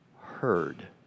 heard